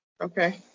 Okay